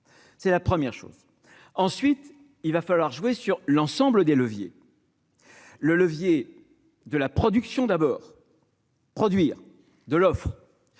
c'est la première chose, ensuite il va falloir jouer sur l'ensemble des leviers le levier de la production d'abord. Produire de l'offre,